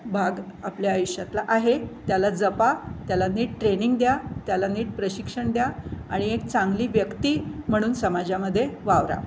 भाग आपल्या आयुष्यातला आहे त्याला जपा त्याला नीट ट्रेनिंग द्या त्याला नीट प्रशिक्षण द्या आणि एक चांगली व्यक्ती म्हणून समाजामध्ये वावरा